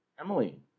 Emily